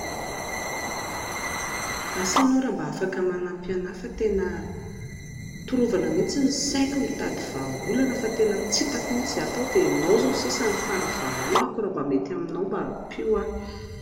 Asa ianao raha mba afaka manampy anahy fa torovana mihintsy ny saiko mitady vaha-olana fa tena tsy hitako mihintsy izay hatao dia ianao izao sisa no fara-vaha-olako raha mba mety aminao, mba ampio aho